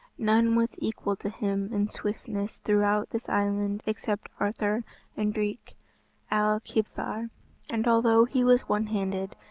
none was equal to him in swiftness throughout this island except arthur and drych ail kibthar. and although he was one-handed,